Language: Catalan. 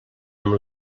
amb